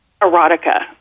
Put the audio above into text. erotica